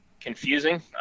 confusing